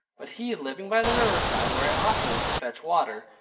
but he living by the riverside, where i often went to fetch water,